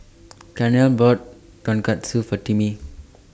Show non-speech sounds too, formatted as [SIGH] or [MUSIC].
[NOISE] Carnell bought Tonkatsu For Timmie